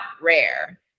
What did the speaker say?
rare